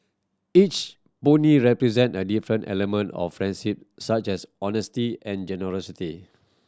each pony represent a different element of friendship such as honesty and generosity